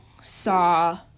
saw